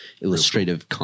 illustrative